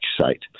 site